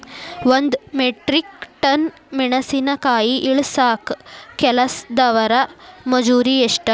ಒಂದ್ metric tonne ಮೆಣಸಿನಕಾಯಿ ಇಳಸಾಕ್ ಕೆಲಸ್ದವರ ಮಜೂರಿ ಎಷ್ಟ?